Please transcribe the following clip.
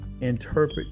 interpret